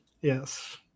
Yes